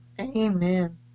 Amen